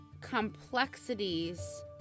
complexities